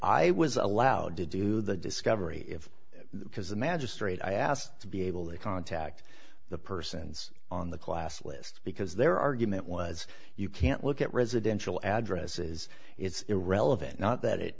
i was allowed to do the discovery because the magistrate i asked to be able to contact the persons on the class list because their argument was you can't look at residential addresses it's irrelevant not that it